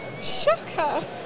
Shocker